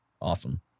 awesome